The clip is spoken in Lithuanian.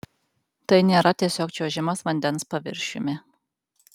tai nėra tiesiog čiuožimas vandens paviršiumi